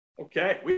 Okay